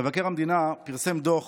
מבקר המדינה פרסם דוח